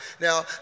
Now